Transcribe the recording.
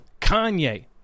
Kanye